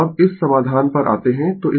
तो अब इस समाधान पर आते है